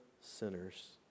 sinners